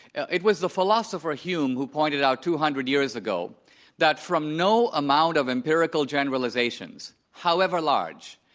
it was the philosopher hume who pointed out two hundred years ago that from no amount of empirical generalizations, however large,